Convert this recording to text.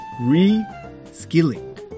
re-skilling